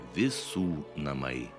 visų namai